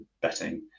betting